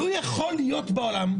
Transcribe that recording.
לא יכול להיות בעולם,